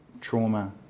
trauma